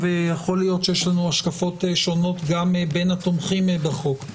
ויכול להיות שיש לנו השקפות שונות גם בין התומכים בחוק.